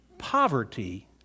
poverty